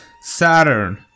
Saturn